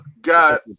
got